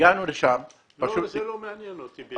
הגענו לשם --- זה לא מעניין אותי.